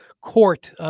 court